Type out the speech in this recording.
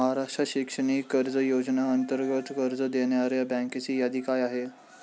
महाराष्ट्र शैक्षणिक कर्ज योजनेअंतर्गत कर्ज देणाऱ्या बँकांची यादी काय आहे?